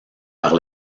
par